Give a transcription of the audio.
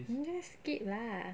you just skip lah